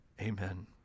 Amen